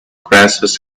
crassus